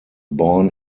born